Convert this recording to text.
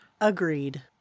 Agreed